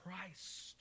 Christ